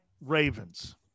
Ravens